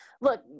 look